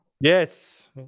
Yes